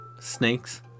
Snakes